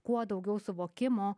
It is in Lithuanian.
kuo daugiau suvokimo